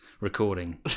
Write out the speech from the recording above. recording